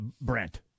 Brent